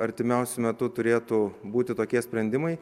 artimiausiu metu turėtų būti tokie sprendimai